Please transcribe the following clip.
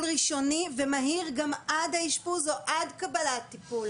ראשוני ומהיר גם עד האשפוז או עד קבלת טיפול.